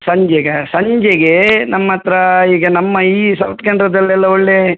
ಸಂಜೆಗಾ ಸಂಜೆಗೆ ನಮ್ಮತ್ತಿರ ಈಗ ನಮ್ಮ ಈ ಸೌತ್ ಕೇಂದ್ರದಲೆಲ್ಲ ಒಳ್ಳೆಯ